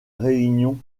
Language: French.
réunion